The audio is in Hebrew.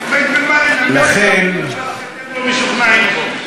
אין מה לנמק דבר שאתם לא משוכנעים בו.